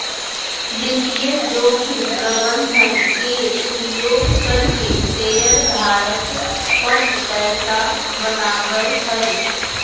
वित्तीय जोखिम प्रबंधन के उपयोग करके शेयर धारक पन पैसा बनावय हय